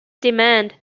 demand